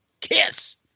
KISS